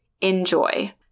Enjoy